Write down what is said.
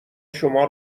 شما